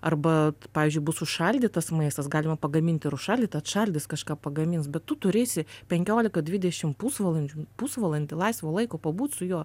arba pavyzdžiui bus užšaldytas maistas galima pagamint ir užšaldyt atšaldys kažką pagamins bet tu turėsi penkiolika dvidešim pusvalandžių pusvalandį laisvo laiko pabūt su juo